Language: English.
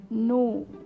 No